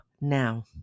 now